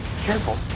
Careful